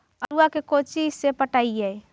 आलुआ के कोचि से पटाइए?